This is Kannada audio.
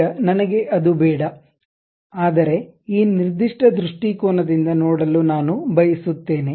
ಈಗ ನನಗೆ ಅದು ಬೇಡ ಆದರೆ ಈ ನಿರ್ದಿಷ್ಟ ದೃಷ್ಟಿಕೋನದಿಂದ ನೋಡಲು ನಾನು ಬಯಸುತ್ತೇನೆ